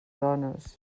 dones